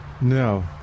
No